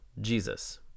Jesus